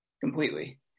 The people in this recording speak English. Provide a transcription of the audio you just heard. completely